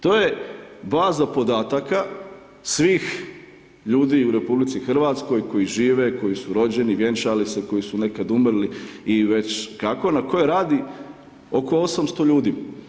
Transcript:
To je baza podataka svih ljudi u RH koji žive, koji su rođeni, vjenčali se, koji su nekad umrli i već kako na koje radi oko 800 ljudi.